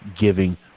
giving